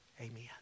Amen